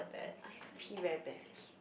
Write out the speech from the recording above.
I need to pee very badly